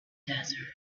desert